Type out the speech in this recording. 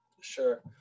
Sure